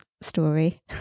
story